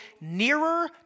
nearer